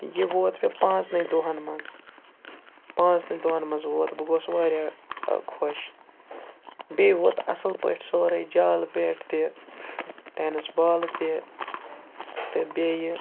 یہِ ووت مےٚ پانٛژنٕے دۄہَن مَنٛز پانٛژنٕے دۄہَن مَنٛز ووت بہٕ گوس واریاہ خۄش بیٚیہِ ووت اَصٕل پٲٹھۍ سورُے جال بیٹ تہِ ٹٮ۪نٕس بالہِ تہِ تہٕ بیٚیہِ